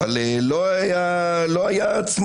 אבל לא היו צמחים.